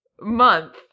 month